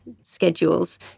schedules